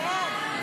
לסעיף